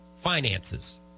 finances